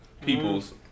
people's